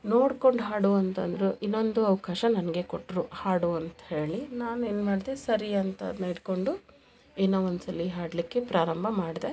ನೋಡ್ಕೊಂಡು ಹಾಡು ಅಂತಂದರು ಇನ್ನೊಂದು ಅವಕಾಶ ನನಗೆ ಕೊಟ್ಟರು ಹಾಡು ಅಂತ್ಹೇಳಿ ನಾನೇನು ಮಾಡದೇ ಸರಿ ಅಂತ ಅದನ್ನ ಇಡ್ಕೊಂಡು ಇನ್ನ ಒಂದ್ಸಲಿ ಹಾಡಲಿಕ್ಕೆ ಪ್ರಾರಂಭ ಮಾಡಿದೆ